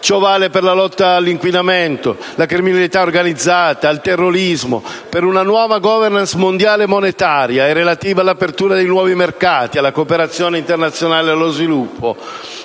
ciò vale per la lotta all'inquinamento, la criminalità organizzata, il terrorismo, una nuova *governance* mondiale monetaria anche relativa all'apertura dei nuovi mercati, a cooperazione internazionale allo sviluppo.